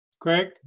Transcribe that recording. Craig